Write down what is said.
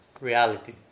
reality